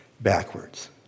backwards